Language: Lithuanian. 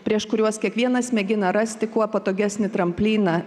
prieš kuriuos kiekvienas mėgina rasti kuo patogesnį tramplyną